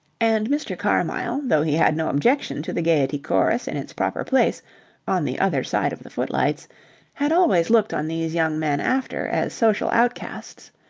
and mr. carmyle, though he had no objection to the gaiety chorus in its proper place on the other side of the footlights had always looked on these young men after as social outcasts.